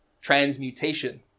transmutation